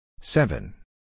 Seven